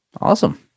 Awesome